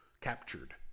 captured